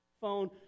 phone